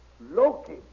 Loki